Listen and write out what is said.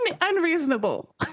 unreasonable